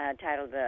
titled